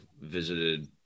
visited